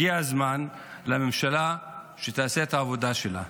הגיע הזמן שהממשלה תעשה את העבודה שלה.